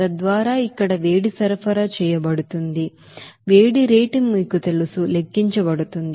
తద్వారా ఇక్కడ వేడి సరఫరా చేయబడుతుంది తద్వారా వేడి రేటు మీకు తెలుసు లెక్కించబడుతుంది